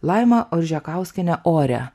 laima oržekauskienė ore